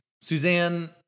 Suzanne